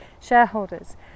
shareholders